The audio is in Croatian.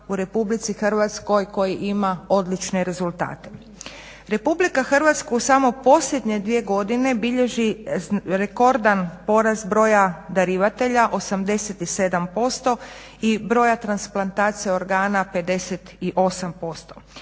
u RH koji ima odlične rezultate. Republika Hrvatska u samo posljednje dvije godine bilježi rekordan porast broja darivatelja, 87%, i broja transplantacija organa, 58%